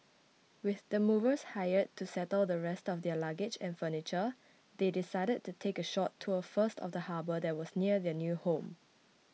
with the movers hired to settle the rest of their luggage and furniture they decided to take a short tour first of the harbour that was near their new home